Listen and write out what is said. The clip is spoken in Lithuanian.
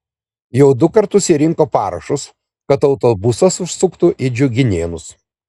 jau du kartus ji rinko parašus kad autobusas užsuktų į džiuginėnus